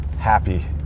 happy